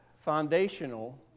foundational